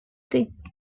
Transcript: comté